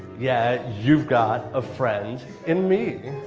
yeah, you've got a friend in me